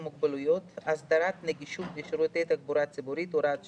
מוגבלות (הסדרת נגישות לשירותי תחבורה ציבורית) (הוראת שעה),